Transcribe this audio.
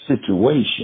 situation